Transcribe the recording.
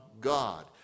God